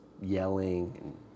yelling